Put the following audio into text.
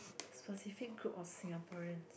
specific group of Singaporeans